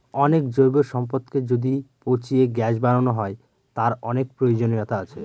অনেক জৈব সম্পদকে যদি পচিয়ে গ্যাস বানানো হয়, তার অনেক প্রয়োজনীয়তা আছে